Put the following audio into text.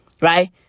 right